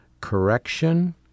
correction